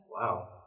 Wow